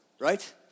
Right